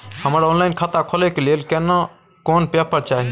हमरा ऑनलाइन खाता खोले के लेल केना कोन पेपर चाही?